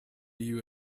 you